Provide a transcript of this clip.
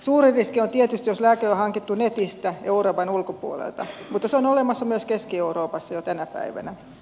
suurin riski on tietysti jos lääke on hankittu netistä euroopan ulkopuolelta mutta se on olemassa myös keski euroopassa jo tänä päivänä